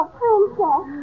princess